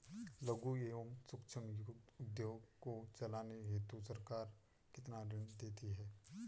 लघु एवं सूक्ष्म उद्योग को चलाने हेतु सरकार कितना ऋण देती है?